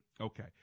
Okay